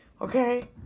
okay